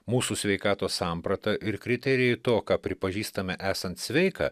mūsų sveikatos samprata ir kriterijai to ką pripažįstame esant sveika